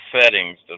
settings